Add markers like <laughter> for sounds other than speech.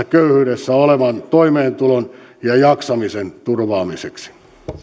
<unintelligible> köyhyydessä olevan toimeentulon ja jaksamisen turvaamiseksi